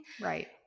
Right